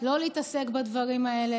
לא להתעסק בדברים האלה.